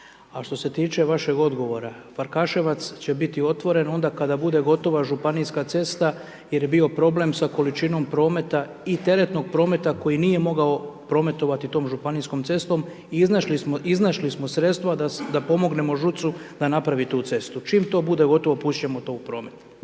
A što se tiče vašeg odgovora, Farkaševac će biti otvoren onda kada bude gotova županijska cesta jer je bio problem sa količinom prometa i teretnog prometa koji nije mogao prometovati tom županijskom cestom i iznašli smo sredstva da pomognemo ŽUC-u da napravi tu cestu. Čim to bude gotovo pustiti ćemo to u promet.